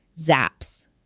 zaps